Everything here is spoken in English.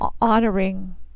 honoring